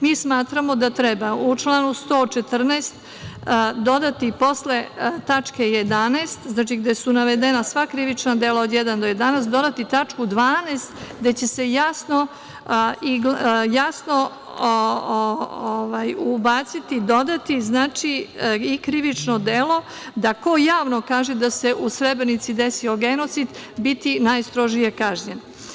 Mi smatramo da u članu 114, posle tačke 11) gde su navedena sva krivična dela od 1-11, treba dodati tačku 12) gde će se jasno dodati i krivično delo da će ko javno kaže da se u Srebrenici desio genocid biti najstrožije kažnjen.